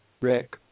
Rick